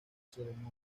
ceremonia